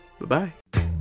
Bye-bye